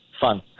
fun